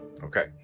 Okay